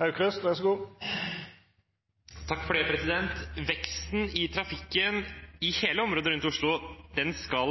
Veksten i trafikken i hele området rundt Oslo skal